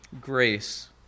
grace